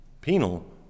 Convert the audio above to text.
Penal